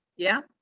yeah.